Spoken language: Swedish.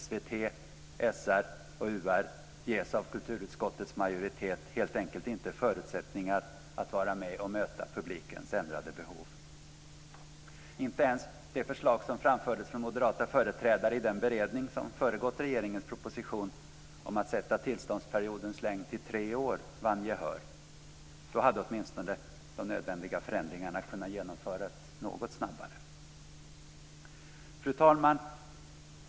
SVT, SR och UR ges av kulturutskottets majoritet helt enkelt inte förutsättningar att vara med och möta publikens ändrade behov. Inte ens det förslag som framfördes från moderata företrädare i den beredning som föregått regeringens proposition om att fastställa tillståndsperiodens längd till tre år vann gehör. Då hade åtminstone de nödvändiga förändringarna kunnat genomföras något snabbare. Fru talman!